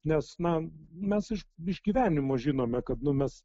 nes na mes iš iš gyvenimo žinome kad nu mes